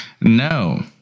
No